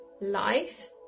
life